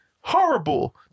Horrible